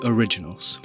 Originals